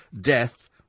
death